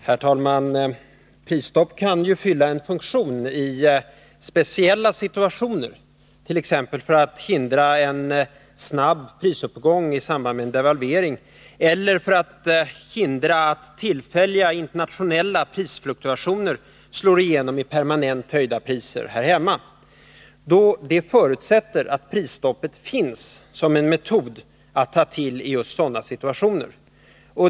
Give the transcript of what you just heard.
Herr talman! Prisstopp kan ju fylla en funktion i speciella situationer, t.ex. för att hindra en snabb prisuppgång i samband med en devalvering eller för att hindra att tillfälliga internationella prisfluktuationer slår igenom i permanent höjda priser här hemma. Det förutsätter att prisstoppet finns som en metod att ta till i just sådana situationer.